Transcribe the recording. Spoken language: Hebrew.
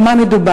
על מה מדובר?